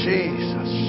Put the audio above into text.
Jesus